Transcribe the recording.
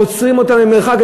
עוצרים אותם ממרחק,